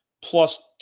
plus